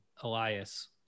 Elias